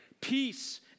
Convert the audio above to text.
peace